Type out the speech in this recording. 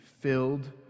filled